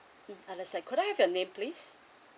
mm understand could I have your name please